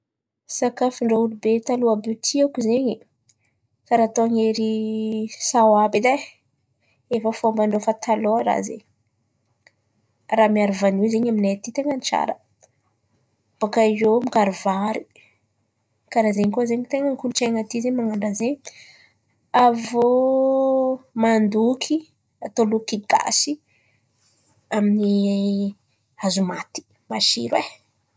Sakafo ndrô olo be taloha àby io tiako zen̈y: karà ataon̈'ery saoaba edy ai, efa fômban-drô efa talôha raha zen̈y. Raha miaro vanio zen̈y amin̈ay aty ten̈any tsara, bôkà eo mokary vary, karà zen̈y koa zen̈y ten̈any kolontsaina aty zen̈y man̈ano raha zen̈y. Avô mandoky, atao loky gasy amy ny hazo maty, mashiro ai.